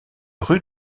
rue